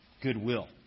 goodwill